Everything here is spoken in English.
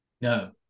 No